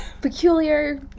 Peculiar